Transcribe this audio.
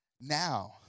Now